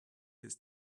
his